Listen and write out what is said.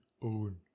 own